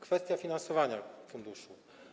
Kwestia finansowania funduszu.